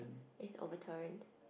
is overturned